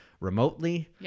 remotely